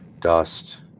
dust